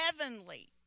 heavenly